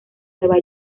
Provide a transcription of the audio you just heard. nueva